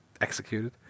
executed